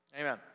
Amen